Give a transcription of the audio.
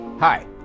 Hi